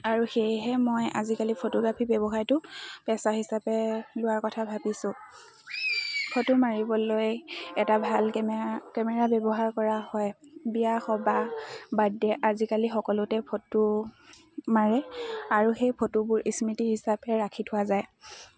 আৰু সেয়েহে মই আজিকালি ফটোগ্ৰাফী ব্যৱসায়টো পেচা হিচাপে লোৱাৰ কথা ভাবিছোঁ ফটো মাৰিবলৈ এটা ভাল কেমে কেমেৰা ব্যৱহাৰ কৰা হয় বিয়া সবাহ বাৰ্থডে' আজিকালি সকলোতে ফটো মাৰে আৰু সেই ফটোবোৰ স্মৃতি হিচাপে ৰাখি থোৱা যায়